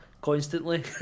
constantly